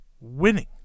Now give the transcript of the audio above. winning